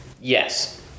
yes